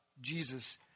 Jesus